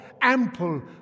ample